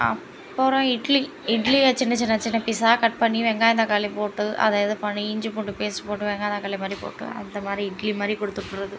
அப்புறம் இட்லி இட்லியை சின்னச் சின்னச் சின்ன பீஸாக கட் பண்ணி வெங்காயம் தக்காளி போட்டு அதை இது பண்ணி இஞ்சி பூண்டு பேஸ்ட் போட்டு வெங்காயம் தக்காளிமாதிரி போட்டு அந்தமாதிரி இட்லிமாதிரி கொடுத்து விட்டுர்றது